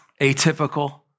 atypical